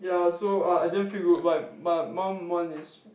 ya so I I didn't feel good but but my mum one is